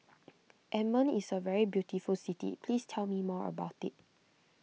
Amman is a very beautiful city please tell me more about it